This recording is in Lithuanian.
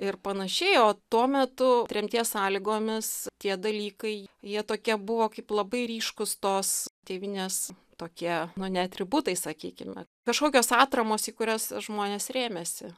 ir panašiai o tuo metu tremties sąlygomis tie dalykai jie tokie buvo kaip labai ryškūs tos tėvynės tokie nu ne atributai sakykime kažkokios atramos į kurias žmonės rėmėsi